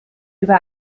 über